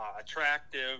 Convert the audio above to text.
Attractive